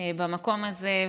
במקום הזה,